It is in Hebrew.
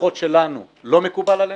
לפחות שלנו לא מקובל עלינו.